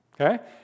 Okay